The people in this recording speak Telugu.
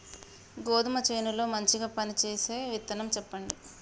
గోధుమ చేను లో మంచిగా పనిచేసే విత్తనం చెప్పండి?